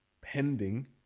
pending